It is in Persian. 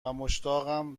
مشتاقم